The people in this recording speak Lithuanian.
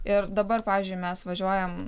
ir dabar pavyzdžiui mes važiuojam